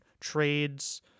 trades